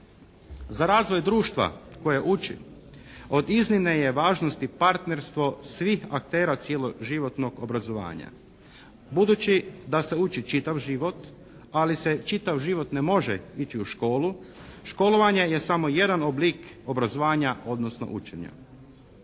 Za razvoj društva koje uči od iznimne je važnosti partnerstvo svih aktera cijeloživotnog obrazovanja. Budući da se uči čitav život, ali se čitav život ne može ići u školu, školovanje je samo jedan oblik obrazovanja, odnosno učenja.